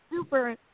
super